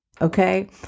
Okay